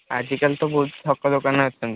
ଆଜିକାଲି ତ ବହୁତ ଠକ ଦୋକାନୀ ଅଛନ୍ତି